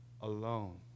alone